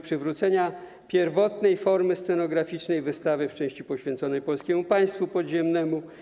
Przywrócenia pierwotnej formy scenograficznej wystawy w części poświęconej Polskiemu Państwu Podziemnemu.